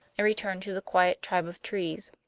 and returned to the quiet tribe of trees.